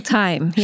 time